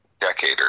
decade